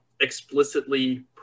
explicitly